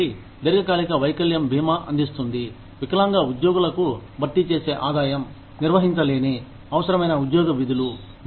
కాబట్టి దీర్ఘకాలిక వైకల్యం బీమా అందిస్తుంది వికలాంగ ఉద్యోగులకు భర్తీ చేసే ఆదాయం నిర్వహించలేని అవసరమైన ఉద్యోగ విధులు